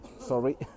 Sorry